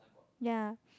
ya